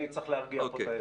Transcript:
אני צריך להרגיע פה את העסק.